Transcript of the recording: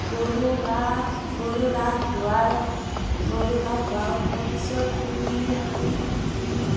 গৰু গা গৰু গা ধুৱাই গৰু গা ধোৱাওঁ তাৰ পিছত আমি আমি